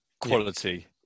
quality